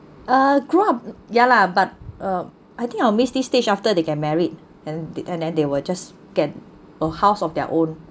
uh grew up ya lah but um I think I will miss this stage after they get married and and then they will just get a house of their own